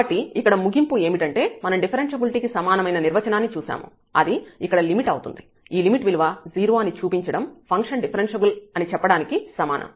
కాబట్టి ఇక్కడ ముగింపు ఏమిటంటే మనం డిఫరెన్ష్యబిలిటీ కి సమానమైన నిర్వచనాన్ని చూశాము అది ఇక్కడ లిమిట్ అవుతుంది ఈ లిమిట్ విలువ 0 అని చూపించడం ఫంక్షన్ డిఫరెన్ష్యబుల్ అని చెప్పడానికి సమానం